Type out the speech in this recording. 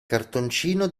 cartoncino